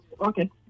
Okay